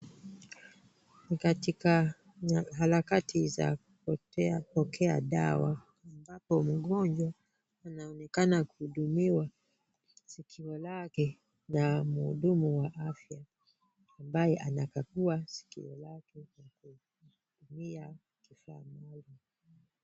Ni katika harakati za kupokea dawa ambapo mgonjwa anaonekana kuhudumiwa sikio lake na mhudumu wa afya ambaye anakagua sikio lake akitumia kifaa maalum.